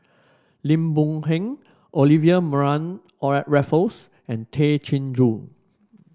Lim Boon Heng Olivia Mariamne Raffles and Tay Chin Joo